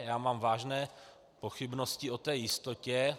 Já mám vážné pochybnosti o té jistotě.